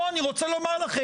אני רוצה לומר לכם,